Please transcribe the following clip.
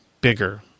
bigger